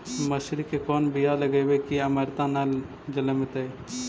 मसुरी के कोन बियाह लगइबै की अमरता न जलमतइ?